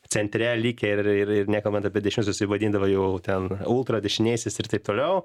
centre likę ir ir nekalbant apie dešiniuosius taip vadindavo jau ten ultradešiniaisiais ir taip toliau